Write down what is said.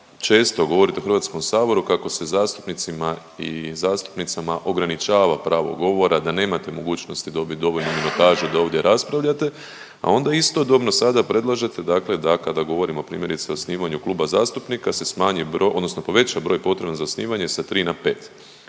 često govorite u HS kako se zastupnicima i zastupnicama ograničava pravo govora, da nemate mogućnosti dobit dovoljno minutaže da ovdje raspravljate, a onda istodobno sada predlažete dakle da kada govorimo primjerice o osnivanju kluba zastupnika se smanji bro…, odnosno poveća broj potreban za osnivanje sa 3 na 5,